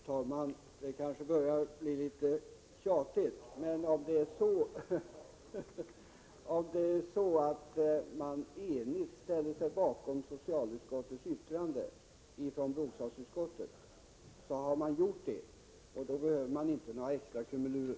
Herr talman! Det kanske börjar bli litet tjatigt, men jag vill ändå säga en sak. Om bostadsutskottet enigt ställer sig bakom socialutskottets yttrande har man gått till handling, och då behövs det inte några extra krumelurer.